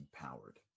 empowered